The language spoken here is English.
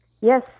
Yes